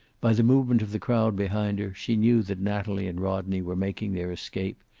by the movement of the crowd behind her, she knew that natalie and rodney were making their escape,